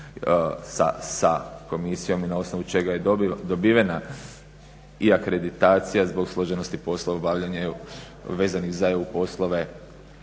sa komisijom i na osnovu čega je dobivena i akreditacija zbog složenosti poslova, obavljanje vezanih za EU poslove